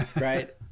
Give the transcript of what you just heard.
right